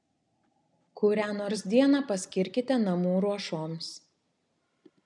kurią nors dieną paskirkite namų ruošoms